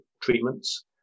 treatments